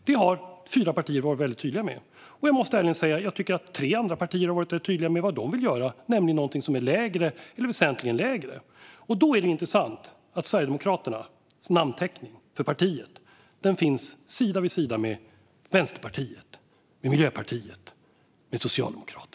Det har fyra partier varit väldigt tydliga med. Jag måste ärligen säga att jag tycker att tre andra partier har varit rätt tydliga med vad de vill göra, nämligen någonting som är lägre eller väsentligen lägre. Det är intressant att Sverigedemokraternas namnteckning för partiet finns sida vid sida med Vänsterpartiet, Miljöpartiet och Socialdemokraterna.